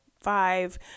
five